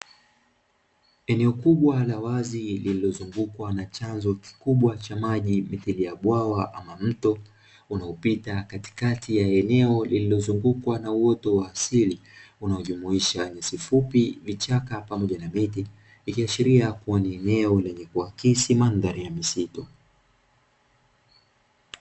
Eneo kubwa la wazi lililozungukwa na chanzo kikubwa cha maji mithiri ya bwawa au mto unaopita katikati ya eneo lilizongukwa na uoto wa asili unaojumuisha nyasi fupi, vichaka pamoja na miti ikiashiria kuwa ni eneo lenye kuaksi mandhari ya misitu.